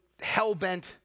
hell-bent